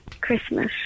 Christmas